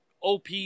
OP